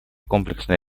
комплексное